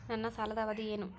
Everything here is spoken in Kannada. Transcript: ನನ್ನ ಸಾಲದ ಅವಧಿ ಏನು?